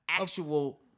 Actual